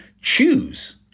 choose